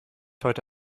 heute